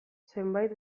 zerbait